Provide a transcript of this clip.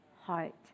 heart